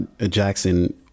Jackson